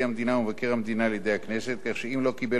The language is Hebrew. המדינה ומבקר המדינה על-ידי הכנסת כך שאם לא קיבל